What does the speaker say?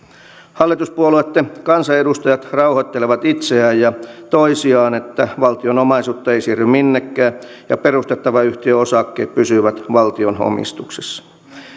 hallituspuolueitten kansanedustajat rauhoittelevat itseään ja toisiaan että valtion omaisuutta ei siirry minnekään ja perustettavan yhtiön osakkeet pysyvät valtion omistuksessa